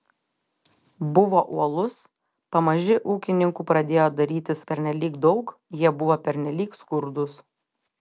buvo uolus pamaži ūkininkų pradėjo darytis pernelyg daug jie buvo pernelyg skurdūs